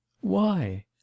Why